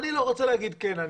אני לא רוצה להגיד כן.